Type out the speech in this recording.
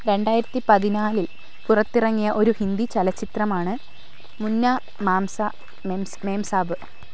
രണ്ടായിരത്തി പതിനാലിൽ പുറത്തിറങ്ങിയ ഒരു ഹിന്ദി ചലച്ചിത്രമാണ് മുന്ന മാംസ മെംസ് മെംസാബ്